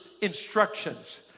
instructions